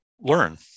learn